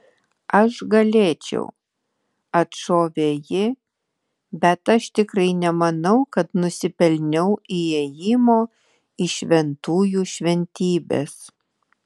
aš galėčiau atšovė ji bet aš tikrai nemanau kad nusipelniau įėjimo į šventųjų šventybes